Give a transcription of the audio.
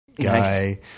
guy